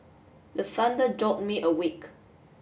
the thunder jolt me awake